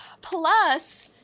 Plus